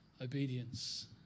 obedience